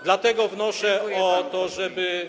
Dlatego wnoszę o to, żeby.